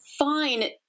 Fine